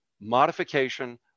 modification